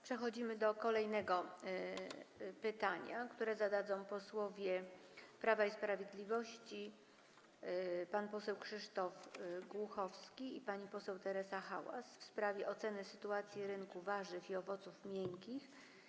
Przechodzimy do kolejnego pytania, które zadadzą posłowie Prawa i Sprawiedliwości pan poseł Krzysztof Głuchowski i pani poseł Teresa Hałas, w sprawie oceny sytuacji na rynku warzyw i owoców miękkich.